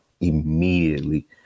immediately